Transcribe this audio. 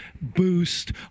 boost